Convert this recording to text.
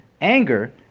anger